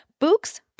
Books